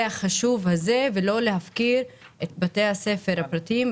החשוב הזה ולא להפקיר את בתי הספר הפרטיים,